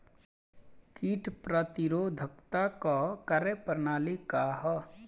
कीट प्रतिरोधकता क कार्य प्रणाली का ह?